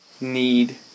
need